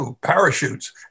parachutes